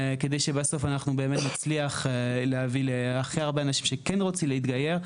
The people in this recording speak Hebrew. כדי שבסוף אנחנו באמת נצליח להביא להכי הרבה אנשים שכן רוצים להתגייר,